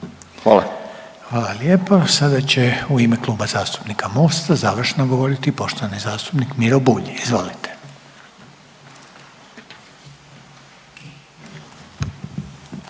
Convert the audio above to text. (HDZ)** Hvala lijepo. Sada će u ime Kluba zastupnika Mosta završno govoriti poštovani zastupnik Miro Bulj, izvolite.